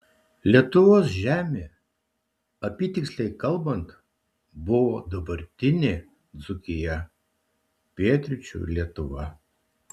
lietuvos žemė apytiksliai kalbant buvo dabartinė dzūkija pietryčių lietuva